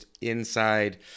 inside